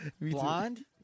Blonde